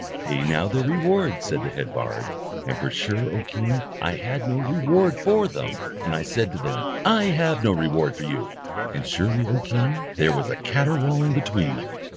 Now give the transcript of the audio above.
pay now their reward said the head bard and for sure, o king, i had no reward for them and i said to them, i have no reward for you and surely, o king, there was a catterwauling between them.